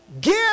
give